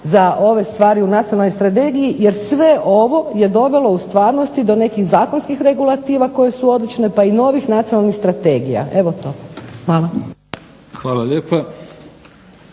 za ove stvari u nacionalnoj strategiji jer sve ovo je dovelo u stvarnosti do nekih zakonskih regulativa koje su odlične pa i novih nacionalnih strategija. Evo, to. Hvala. **Mimica,